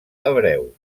hebreu